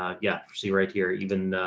ah, yeah, see right here, even, ah,